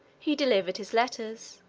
he delivered his letters,